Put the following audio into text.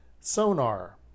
Sonar